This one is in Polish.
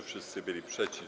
Wszyscy byli przeciw.